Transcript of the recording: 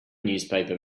newspaper